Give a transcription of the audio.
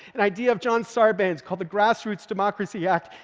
an idea of john sarbanes called the grassroots democracy act.